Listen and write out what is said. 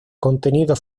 contenido